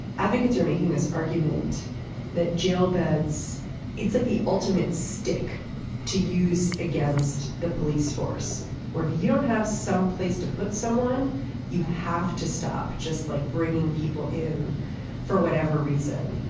advocates are making this argument that jail beds it's like the ultimate stick to use against the police force where if you don't have some place to put someone you have to stop just like bringing people in for whatever reason.